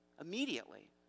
immediately